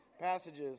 passages